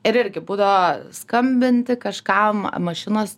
ir irgi būdavo skambinti kažkam mašinos